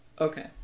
Okay